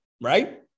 right